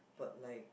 but like